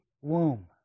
womb